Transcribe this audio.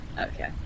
Okay